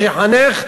שיחנך,